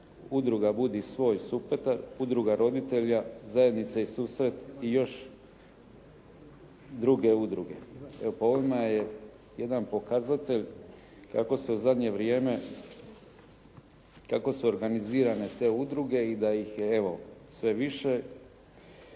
Udruga "Budi svoj" Supetar, Udruga roditelja zajednice i susret i još druge udruge. Evo po ovima je jedan pokazatelj kako se u zadnje vrijeme, kako su organizirane te udruge i da ih je evo sve više.